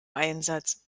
einsatz